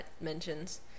mentions